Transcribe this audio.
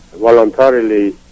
voluntarily